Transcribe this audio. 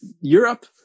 Europe